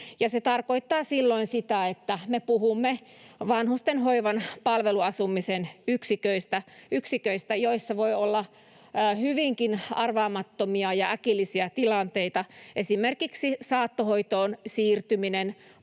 Se tarkoittaa sitä, että me puhumme vanhustenhoivan palveluasumisen yksiköistä — yksiköistä, joissa voi olla hyvinkin arvaamattomia ja äkillisiä tilanteita, esimerkiksi saattohoitoon siirtyminen,